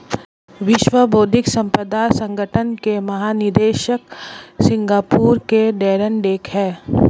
विश्व बौद्धिक संपदा संगठन के महानिदेशक सिंगापुर के डैरेन टैंग हैं